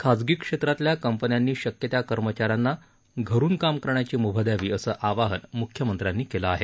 खासगी क्षेत्रातल्या कंपन्यांनी शक्य त्या कर्मचाऱ्यांना घरून काम करण्याची म्भा द्यावी असं आवाहन म्ख्यमंत्र्यांनी केलं आहे